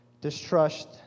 distrust